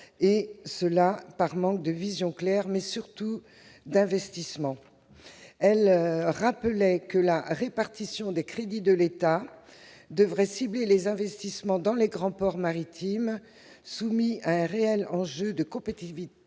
liée à un manque de vision claire mais surtout d'investissement. Elle rappelait que la répartition des crédits de l'État devrait cibler les investissements dans les grands ports maritimes soumis à un réel enjeu de compétitivité